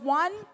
one